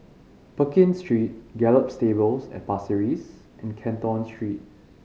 Pekin Street Gallop Stables at Pasir Ris and Canton Street